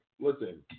listen